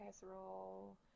casserole